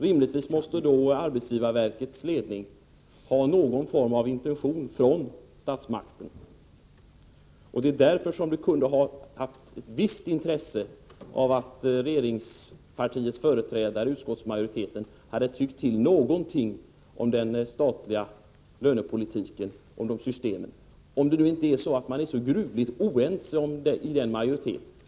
Rimligtvis måste då arbetsgivarverkets ledning ha någon form av intention från statsmakten. Därför kunde det ha haft ett visst intresse att regeringspartiets företrädare och utskottsmajoriteten hade tyckt till någonting om den statliga lönepolitiken och de statliga lönesystemen — om man nu inte är så gruvligt oense inom majoriteten.